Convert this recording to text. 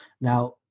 Now